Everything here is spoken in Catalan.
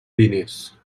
diners